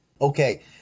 Okay